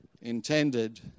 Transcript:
intended